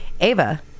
Ava